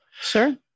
Sure